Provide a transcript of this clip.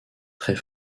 très